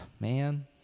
man